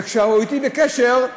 וכשהוא בקשר אתי,